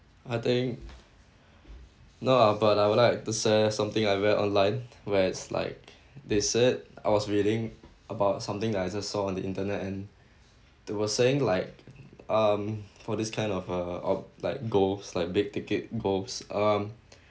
I think no lah but I would like to share something I read online where it's like they said I was reading about something I just saw on the internet and they were saying like um for this kind of uh of like goals like big-ticket goals um